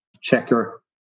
checker